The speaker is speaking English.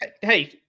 Hey